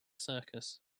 circus